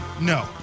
No